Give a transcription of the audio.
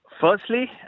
Firstly